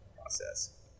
process